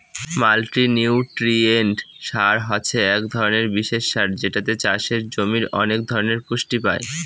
multinutrient সার হছে এক ধরনের বিশেষ সার যেটাতে চাষের জমির অনেক ধরনের পুষ্টি পাই